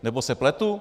Nebo se pletu?